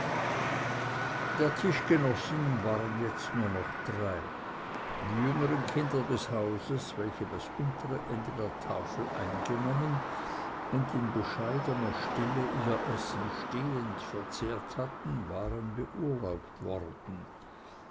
der tischgenossen waren jetzt nur noch drei die jüngern kinder des hauses welche das untere ende der tafel eingenommen und in bescheidener stille ihr essen stehend verzehrt hatten waren beurlaubt worden